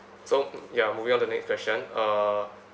so ya moving on the next question uh